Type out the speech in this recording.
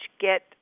get